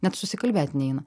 net susikalbėt neina